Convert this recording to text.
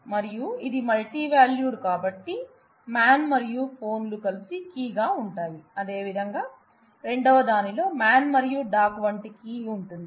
మరియు ఇది మల్టీవాల్యూడ్ కాబట్టి మాన్ మరియు ఫోన్లు కలిసి కీ గా ఉంటాయి అదే విధంగా రెండవ దానిలో మాన్ మరియు డాగ్ వంటి కీ ఉంటుంది